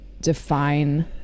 define